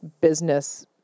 business